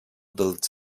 dels